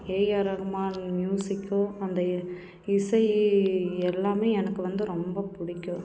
AR Rahman ம்யூசிக்கும் அந்த இசை எல்லாமே எனக்கு வந்து ரொம்ப பிடிக்கும்